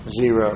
Zero